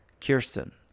Kirsten